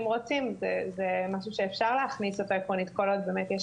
אם רוצים זה משהו שאפשר להכניס אותו עקרונית כל עוד באמת יש